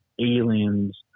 aliens